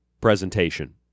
presentation